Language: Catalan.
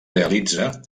realitza